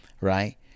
right